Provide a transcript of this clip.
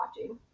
watching